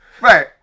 Right